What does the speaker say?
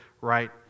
right